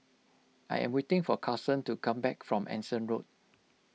I am waiting for Karson to come back from Anson Road